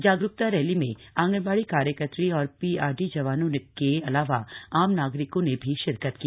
जागरूकता रैली में आंगनबाड़ी कार्यकत्री और पीआरडी जवानों के अलावा आम नागरिकों ने भी शिरकत की